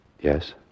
Yes